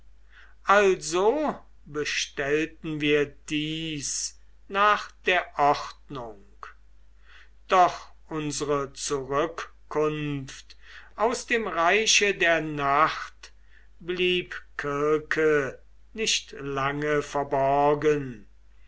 also bestellten wir dies nach der ordnung doch unsre zurückkunft aus dem reiche der nacht blieb kirke nicht lange verborgen